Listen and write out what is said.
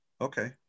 Okay